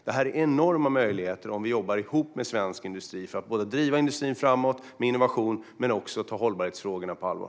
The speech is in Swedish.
Det ger enorma möjligheter om vi jobbar ihop med svensk industri för att både driva industrin framåt med innovation och ta hållbarhetsfrågorna på allvar.